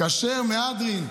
כשר מהדרין,